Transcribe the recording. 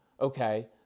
okay